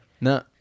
No